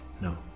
no